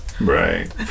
Right